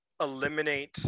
eliminate